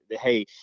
Hey